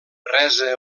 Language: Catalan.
resa